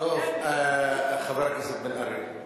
חבר הכנסת בן-ארי,